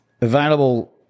Available